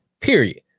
Period